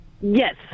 Yes